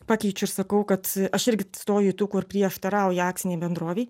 pakeičiu ir sakau kad aš irgi stoju į tų kur prieštarauja akcinei bendrovei